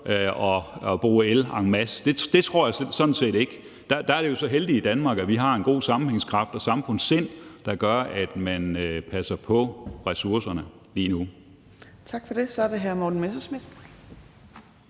og bruge el en masse. Det tror jeg sådan set ikke. Der er vi jo så heldige i Danmark, at vi har en god sammenhængskraft og et samfundssind, der gør, at man passer på ressourcerne lige nu. Kl. 15:52 Anden næstformand (Trine